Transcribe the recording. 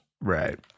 Right